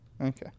Okay